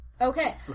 Okay